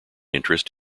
interest